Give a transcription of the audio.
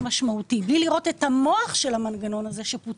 מספר דוגמאות של רשויות שהולכות ליהנות ולהרוויח כסף שמאוד מאוד חשוב